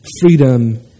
freedom